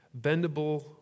bendable